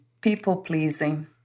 people-pleasing